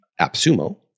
AppSumo